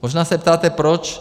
Možná se ptáte proč.